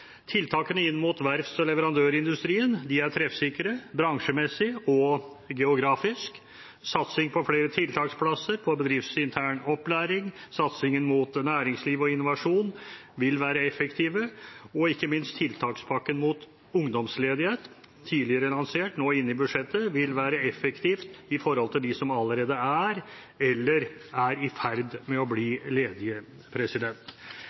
Tiltakene inn mot verfts- og leverandørindustrien er treffsikre, bransjemessig og geografisk. Satsingen på flere tiltaksplasser, på bedriftsintern opplæring og satsingen mot næringsliv og innovasjon vil være effektivt, og ikke minst tiltakspakken mot ungdomsledighet – tidligere annonsert, nå inne i budsjettet – vil være effektivt i forhold til dem som allerede er ledige eller er i ferd med å bli ledige.